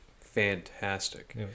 fantastic